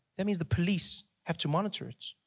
that means the police have to monitor it.